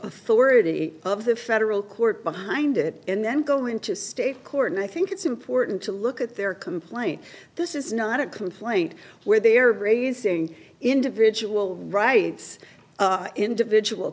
authority of the federal court behind it and then go into state court and i think it's important to look at their complaint this is not a complaint where they are raising individual rights individual